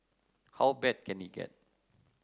how bad can it get